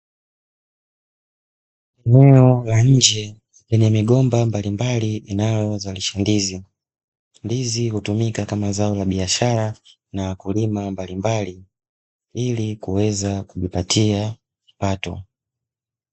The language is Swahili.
Eneo la nje lenye migomba mbalimbali inayozalisha ndizi. Ndizi hutumika kama zao la biashara na wakulima mbalimbali ili kuweza kujipatia kipato.